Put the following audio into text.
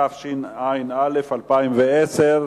התש"ע 2010,